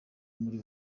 muri